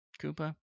Koopa